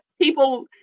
people